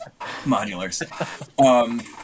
modulars